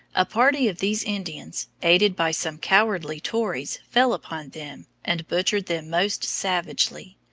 a party of these indians, aided by some cowardly tories fell upon them and butchered them most savagely.